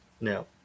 No